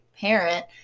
parent